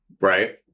right